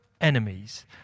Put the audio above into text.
enemies